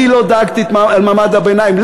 אני לא דאגתי למעמד הביניים.